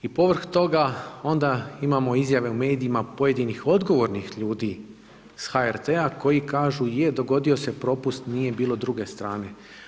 I povrh toga onda imamo izjave u medijima pojedinih odgovornih ljudi s HRT-a je dogodio se propust nije bilo druge strane.